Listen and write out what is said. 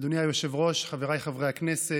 אדוני היושב-ראש, חבריי חברי הכנסת,